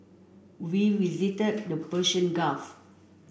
we visited the Persian Gulf